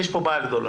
יש פה בעיה גדולה.